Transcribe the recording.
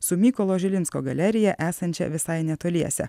su mykolo žilinsko galerija esančia visai netoliese